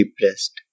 depressed